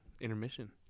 intermission